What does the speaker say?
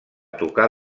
tocar